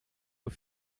aux